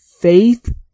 faith